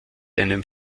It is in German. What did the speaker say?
einem